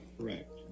Correct